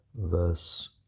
verse